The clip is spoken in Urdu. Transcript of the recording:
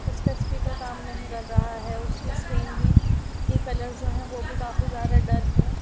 اس کا اسپیکر کام نہیں کر رہا ہے اس کی اسکرین بھی کے کلر جو ہیں وہ بھی کافی زیادہ ڈل ہیں